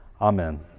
amen